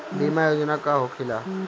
बीमा योजना का होखे ला?